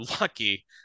lucky